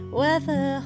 weather